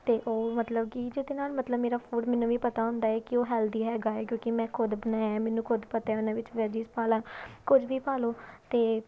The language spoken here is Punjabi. ਅਤੇ ਉਹ ਮਤਲਬ ਕਿ ਜਿਹਦੇ ਨਾਲ ਮਤਲਬ ਮੇਰਾ ਫੂਡ ਮੈਨੂੰ ਵੀ ਪਤਾ ਹੁੰਦਾ ਹੈ ਕਿ ਉਹ ਹੈਲਦੀ ਹੈਗਾ ਕਿਉਂਕਿ ਮੈਂ ਖੁਦ ਬਣਾਇਆ ਮੈਨੂੰ ਖੁਦ ਪਤਾ ਉਹਨਾਂ ਵਿੱਚ ਵੈਜੀਸ ਪਾ ਲਾ ਕੁਝ ਵੀ ਪਾ ਲਓ ਅਤੇ